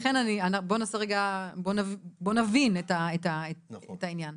לכן בוא נבין את העניין.